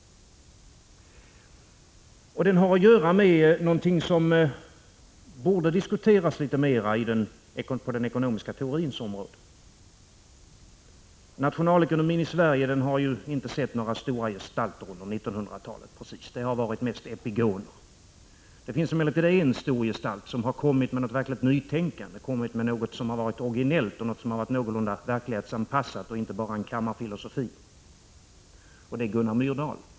1985/86:141 någonting som borde diskuteras litet mer på den ekonomiska teorins 14 maj 1986 område. i; AN :- i Fortsatt valuta Nationalekonomin i Sverige har inte precis sett några stora gestalter under E Å : z reglering, m.m. 1900-talet. Det har varit mest epigoner. Det finns emellertid en stor gestalt BYN som har kommit med ett verkligt nytänkande, med något originellt som varit någorlunda verklighetsanpassat och inte bara en kammarfilosofi, och det är Gunnar Myrdal.